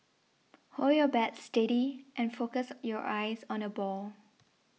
hold your bat steady and focus your eyes on the ball